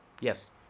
Yes